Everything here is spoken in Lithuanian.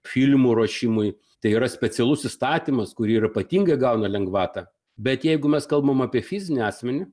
filmų ruošimui tai yra specialus įstatymas kur ypatingai gauna lengvatą bet jeigu mes kalbam apie fizinį asmenį